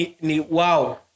Wow